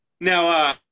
Now